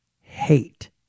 hate